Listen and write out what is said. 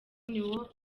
niwo